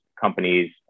companies